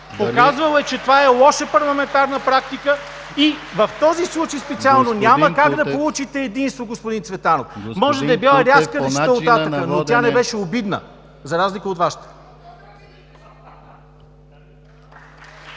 Показал е, че това е лоша парламентарна практика и в този случай специално няма как да получите единство, господин Цветанов. Може да е била рязка, но тя не беше обидна, за разлика от Вашата.